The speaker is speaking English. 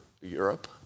Europe